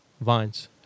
vines